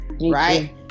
right